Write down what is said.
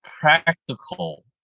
practical